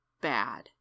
bad